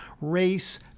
race